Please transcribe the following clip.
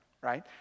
right